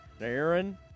Aaron